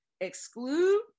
exclude